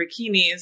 bikinis